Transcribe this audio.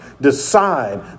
decide